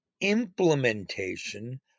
implementation